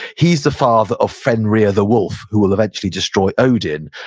he's the father of fenrir the wolf who will eventually destroy odin.